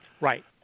Right